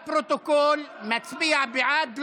לפרוטוקול, מצביע בעד.